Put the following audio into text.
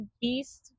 Beast